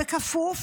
בכפוף